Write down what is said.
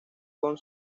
con